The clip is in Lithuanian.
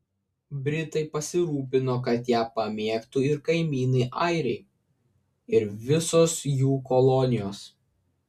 britai pasirūpino kad ją pamėgtų ir kaimynai airiai ir visos jų kolonijos